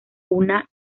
una